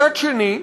מצד שני,